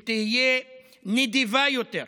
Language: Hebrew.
שהיא תהיה נדיבה יותר.